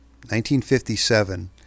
1957